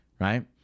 right